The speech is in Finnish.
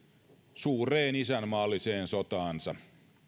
suureen isänmaalliseen sotaansa